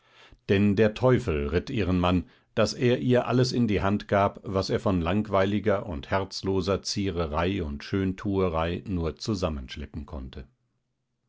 denn der teufel ritt ihren mann daß er ihr alles in die hand gab was er von langweiliger und herzloser ziererei und schöntuerei nur zusammenschleppen konnte